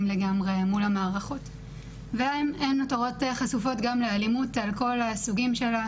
לגמרי מול המערכות והן נותרות חשופות גם לאלימות על כל הסוגים שלה,